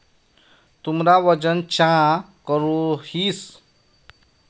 तुमरा वजन चाँ करोहिस?